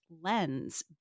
lens